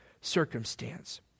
circumstance